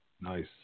Nice